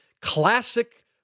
classic